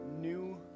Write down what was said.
new